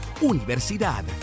universidad